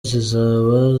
zizaba